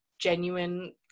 genuine